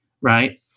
Right